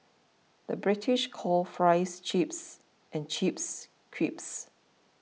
the British calls Fries Chips and Chips Crisps